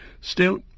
Still